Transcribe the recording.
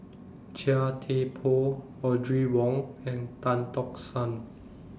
Chia Thye Poh Audrey Wong and Tan Tock San